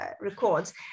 records